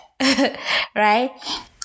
right